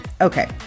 Okay